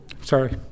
Sorry